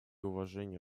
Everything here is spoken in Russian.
уважение